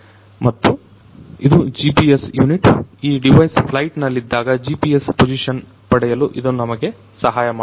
ಮತ್ತು ಇದು GPS unit ಈ ಡಿವೈಸ್ ಫ್ಲೈಟ್ ನಲ್ಲಿದ್ದಾಗ GPS ಪೋಸಿಶನ್ ಪಡೆಯಲು ಇದು ನಮಗೆ ಸಹಾಯಮಾಡುತ್ತದೆ